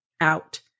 out